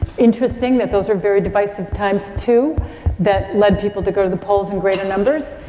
interesting that those were very divisive times too that led people to go to the polls in greater numbers.